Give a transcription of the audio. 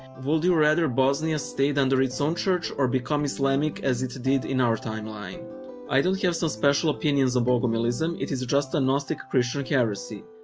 would you rather bosnia stayed under its own church or become islamic as it did in our timeline? i don't have some special opinions of bogomilism. it is just a gnostic christian heresy.